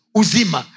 uzima